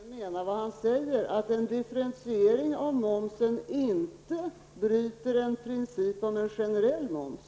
Herr talman! Jag undrar om statsministern verkligen menar vad han säger, att en differentiering av momsen inte bryter mot principen om en generell moms.